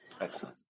Excellent